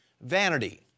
vanity